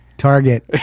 target